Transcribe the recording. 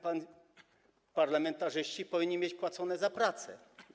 Parlamentarzyści powinni mieć płacone za pracę.